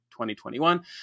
2021